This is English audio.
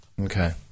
Okay